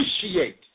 appreciate